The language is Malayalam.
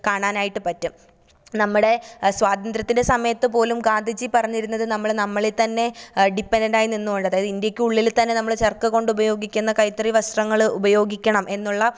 കാണാനായിട്ട് പറ്റും നമ്മുടെ സ്വാതന്ത്ര്യത്തിൻ്റെ സമയത്ത് പോലും ഗാന്ധിജി പറഞ്ഞിരുന്നത് നമ്മള് നമ്മളിൽ തന്നെ ഡിപ്പൻ്റൻറ്റായി നിന്നുകൊണ്ട് അതായത് ഇന്ത്യക്കുള്ളില് തന്നെ നമ്മള് ചർക്ക കൊണ്ടുപയോഗിക്കുന്ന കൈത്തറി വസ്ത്രങ്ങള് ഉപയോഗിക്കണം എന്നുള്ള